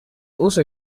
also